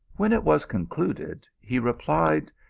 when it was concluded, he replied,